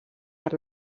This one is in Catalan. per